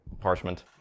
parchment